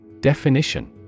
Definition